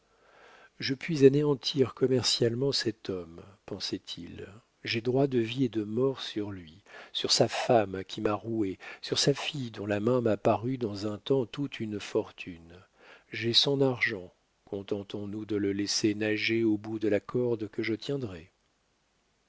je puis anéantir commercialement cet homme pensait-il j'ai droit de vie et de mort sur lui sur sa femme qui m'a roué sur sa fille dont la main m'a paru dans un temps toute une fortune j'ai son argent contentons-nous de le laisser nager au bout de la corde que je tiendrai